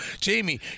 Jamie